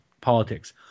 politics